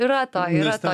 yra to yra to